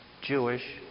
Jewish